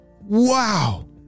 Wow